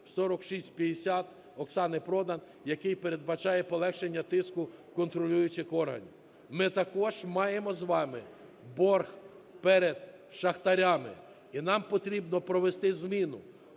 (4650) Оксани Продан, який передбачає полегшення тиску контролюючих органів. Ми також маємо з вами борг перед шахтарями. І нам потрібно провести зміну,